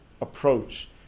approach